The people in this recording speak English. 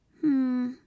Hmm